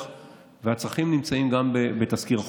הצרכים נמצאים גם בתזכיר החוק.